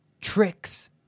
tricks